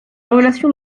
relation